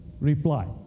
reply